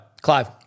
clive